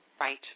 Right